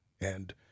And-